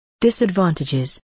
Disadvantages